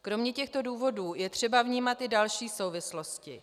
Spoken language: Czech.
Kromě těchto důvodů je třeba vnímat i další souvislosti.